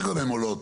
שגם הן עולות.